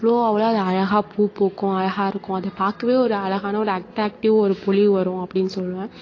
அவ்வளோ அவ்வளோ அது அழகாக பூ பூக்கும் அழகாக இருக்கும் அதை பார்க்கவே ஒரு அழகான ஒரு அட்ராக்டிக் ஒரு பொலிவு வரும் அப்படீன்னு சொல்வேன்